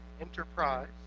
enterprise